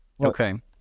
Okay